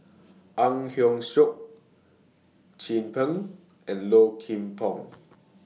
Ang Hiong Chiok Chin Peng and Low Kim Pong